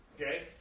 Okay